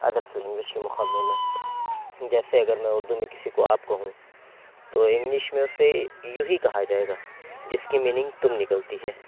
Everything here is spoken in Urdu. انگلش کے مقابلے میں جیسے اگر میں اُردو میں کسی کو آپ کہوں تو انگلش میں اُسے یو ہی کہا جائے گا جس کی میننگ تم نکلتی ہے